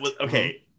Okay